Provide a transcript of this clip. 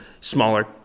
smaller